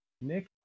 Nick